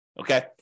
Okay